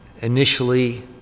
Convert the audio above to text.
Initially